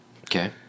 Okay